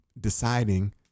deciding